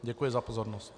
Děkuji za pozornost.